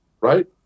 right